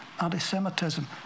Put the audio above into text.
anti-Semitism